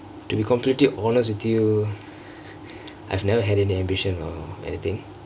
to be completed honest with you I've never had any ambition or anythingk